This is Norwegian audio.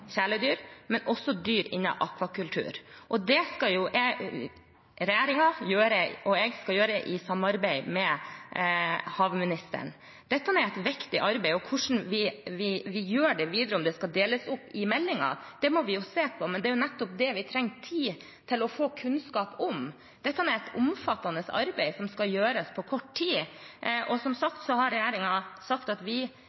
men også dyr innen akvakultur. Det skal jeg gjøre i samarbeid med fiskeri- og havministeren. Dette er et viktig arbeid, og hvordan vi gjør det videre, og om det skal deles opp i meldingen, må vi jo se på. Men det er nettopp det vi trenger tid til å få kunnskap om. Dette er et omfattende arbeid som skal gjøres på kort tid, og som sagt har vi,